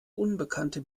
unbekannte